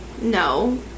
No